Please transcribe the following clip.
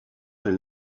elle